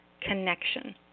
connection